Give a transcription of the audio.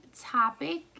topic